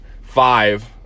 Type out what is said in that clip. five